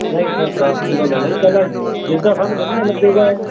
ਨਹੀਂ ਸਰ ਦਸ ਕਿਲੋ ਲੈਣਾ ਹੀ ਪਹਿਲਾਂ ਜਿੱਦਾਂ ਸਾਨੂੰ ਵਧੀਆ ਲੱਗੇਗਾ